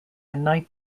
night